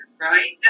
right